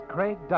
Craig